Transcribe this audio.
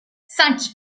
cinq